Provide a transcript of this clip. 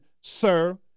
sir